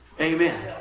Amen